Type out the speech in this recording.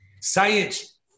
science